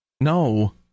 no